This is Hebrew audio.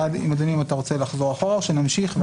אדוני, אתה רוצה לחזור אחורה או שנמשיך ואז?